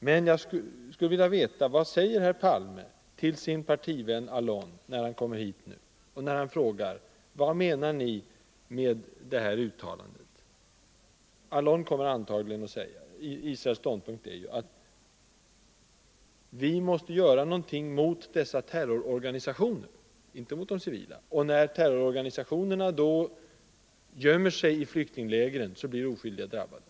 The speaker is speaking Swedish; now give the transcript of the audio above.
Men jag skulle vilja veta vad herr Palme säger till utrikesminister Allon, som nu kommer hit, när han frågar vad vi menar med det här uttalandet. Israels ståndpunkt är att man måste göra någonting mot terrororganisationerna — inte mot de civila. Och när terrororganisationerna gömmer sig i flyktinglägren så blir oskyldiga drabbade.